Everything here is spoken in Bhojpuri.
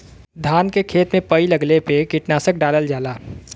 धान के खेत में पई लगले पे कीटनाशक डालल जाला